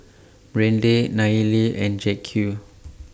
Brande Nayeli and Jacque